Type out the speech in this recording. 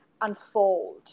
unfold